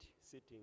sitting